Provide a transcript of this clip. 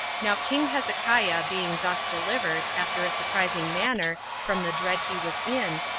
now king hezekiah being thus delivered, after a surprising manner, from the dread he was in,